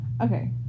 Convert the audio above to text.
Okay